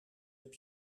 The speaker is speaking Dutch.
heb